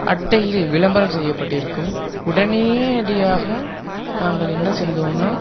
அட்டையில் விளம்பரம் செய்யப்பட்டு இருக்கும் உடனேயடியாக நாங்கள் என்ன செய்தோம்னால்